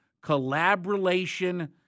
collaboration